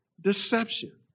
Deception